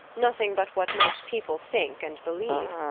nothing but what most people think and believe.